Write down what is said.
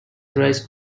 arise